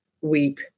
weep